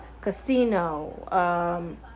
Casino